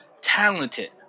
talented